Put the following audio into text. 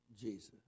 Jesus